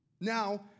Now